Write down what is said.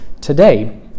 today